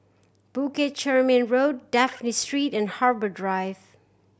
Bukit Chermin Road Dafne Street and Harbour Drive